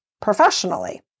professionally